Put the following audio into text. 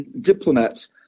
diplomats